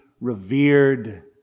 revered